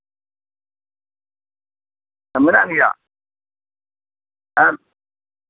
ᱢᱮᱱᱟᱜ ᱜᱮᱭᱟ